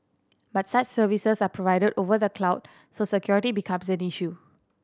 but such services are provided over the cloud so security becomes an issue